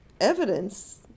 evidence